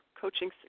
coaching